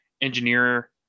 engineer